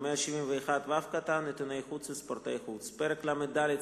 ו-171(ו) (עיתונאי חוץ וספורטאי חוץ); פרק ל"ד,